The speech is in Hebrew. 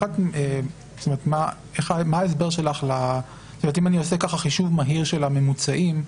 אם אני עושה חישוב מהיר של הממוצעים,